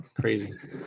crazy